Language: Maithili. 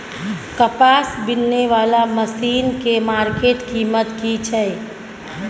कपास बीनने वाला मसीन के मार्केट कीमत की छै?